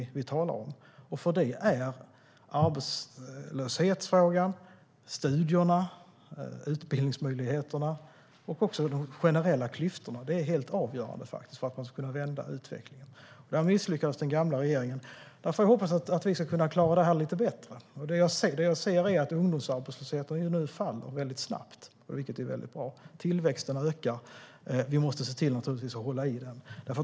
För att kunna vända utvecklingen är arbetslöshetsfrågan, studierna, utbildningsmöjligheterna och de generella klyftorna faktiskt helt avgörande. Där misslyckades den gamla regeringen. Därför hoppas jag att vi ska klara detta lite bättre, och det jag ser är att ungdomsarbetslösheten nu faller väldigt snabbt. Det är mycket bra. Tillväxten ökar, och vi måste naturligtvis se till att hålla i den.